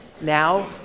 now